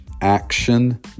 action